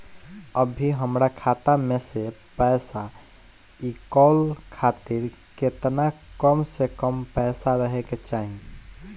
अभीहमरा खाता मे से पैसा इ कॉल खातिर केतना कम से कम पैसा रहे के चाही?